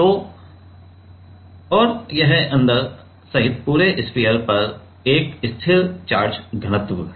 तो और यह अंदर सहित पूरे स्फीयर में एक स्थिर चार्ज घनत्व है